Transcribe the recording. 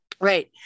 Right